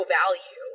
value